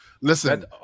listen